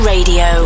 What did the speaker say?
Radio